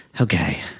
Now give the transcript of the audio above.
Okay